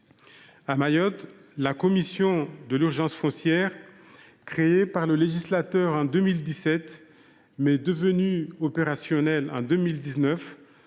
À Mayotte, la commission de l’urgence foncière, créée par le législateur en 2017, mais devenue opérationnelle en 2019,